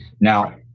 Now